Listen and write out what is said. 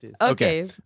okay